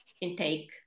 intake